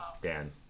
Dan